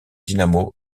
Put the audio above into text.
dynamo